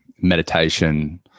meditation